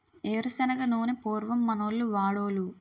ఏరు శనగ నూనె పూర్వం మనోళ్లు వాడోలు